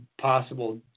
possible